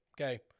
okay